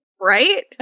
Right